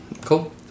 Cool